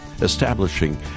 establishing